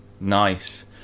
nice